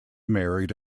married